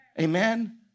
amen